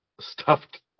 stuffed